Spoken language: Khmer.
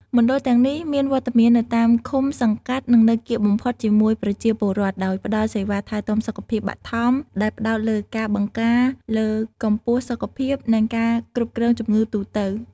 មណ្ឌលទាំងនេះមានវត្តមាននៅតាមឃុំ សង្កាត់ និងនៅកៀកបំផុតជាមួយប្រជាពលរដ្ឋ ដោយផ្តល់សេវាថែទាំសុខភាពបឋម ដែលផ្តោតលើការបង្ការ លើកកម្ពស់សុខភាព និងការគ្រប់គ្រងជំងឺទូទៅ។